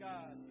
God